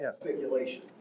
speculation